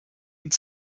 und